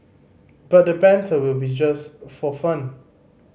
but the banter will be just for fun